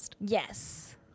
yes